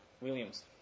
Williams